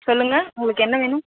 சொல்லுங்கள் உங்களுக்கு என்ன வேணும்